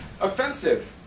offensive